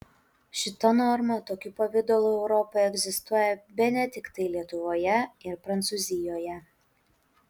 šita norma tokiu pavidalu europoje egzistuoja bene tiktai lietuvoje ir prancūzijoje